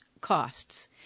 costs